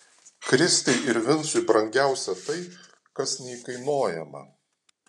kristei ir vincui brangiausia tai kas neįkainojama